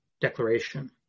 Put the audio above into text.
declaration